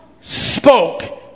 spoke